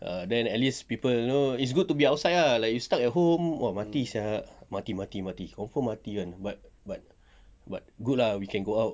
ah then at least people you know it's good to be outside ah like you stuck at home !wah! mati sia mati mati mati confirm mati [one] but but but good lah we can go out